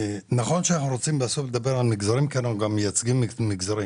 נכון שבסוף אנחנו רוצים לדבר על מגזרים כי אנחנו גם מייצגים מגזרים.